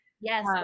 Yes